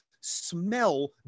smell